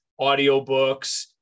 audiobooks